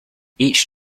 each